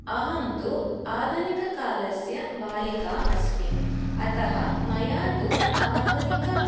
अहं तु आधुनिककालस्य बालिका अस्मि अतः मया तु आधुनिक